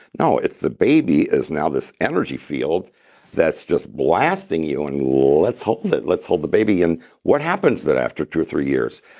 no, it's the baby is now this energy field that's just blasting you. and let's hold it. let's hold the baby. and what happens then after two or three years?